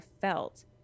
felt